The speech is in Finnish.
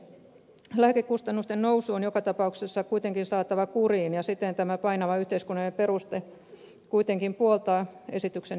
lääkekustannusten nousu on joka tapauksessa saatava kuriin ja siten tämä painava yhteiskunnallinen peruste kuitenkin puoltaa esityksen hyväksymistä